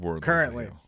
Currently